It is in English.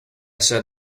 said